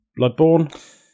Bloodborne